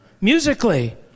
Musically